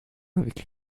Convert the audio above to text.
avec